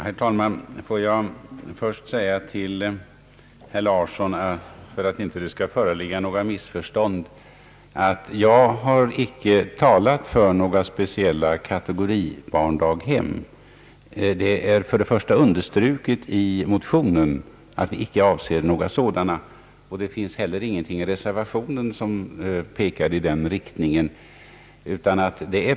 Herr talman! Får jag först säga till herr Larsson, för att det inte skall föreligga några missförstånd, att jag icke har talat för några speciella kategori barndaghem. Vi har också understrukit i motionen att vi icke avser några sådana. Det finns heller ingenting i reservationen som pekar i den riktningen.